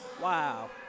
Wow